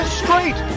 straight